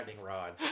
rod